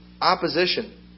opposition